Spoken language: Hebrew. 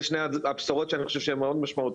זה שני הבשורות שאני חושב שהן מאוד משמעותיות,